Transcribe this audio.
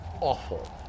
awful